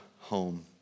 home